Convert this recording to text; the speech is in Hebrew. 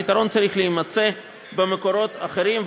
הפתרון צריך להימצא במקורות אחרים,